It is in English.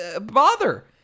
bother